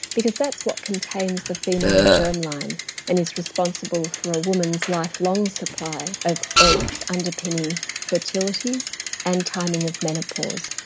because that's what contains the female germ line and is responsible for a woman's lifelong supply of eggs underpinning fertility and timing of menopause.